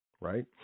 right